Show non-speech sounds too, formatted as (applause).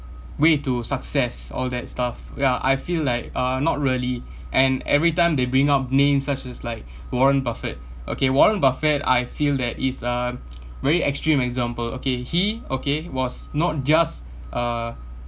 way to success all that stuff yeah I feel like uh not really and everytime they bring up names such as like (breath) warren buffett okay warren buffett I feel that is a very extreme example okay he okay was not just a